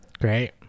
Great